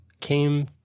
came